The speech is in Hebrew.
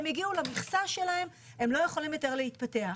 הם הגיעו למכסה שלהם, הם לא יכולים יותר להתפתח.